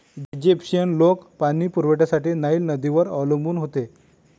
Egyptian लोक पाणी पुरवठ्यासाठी नाईल नदीवर अवलंबून होते